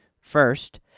First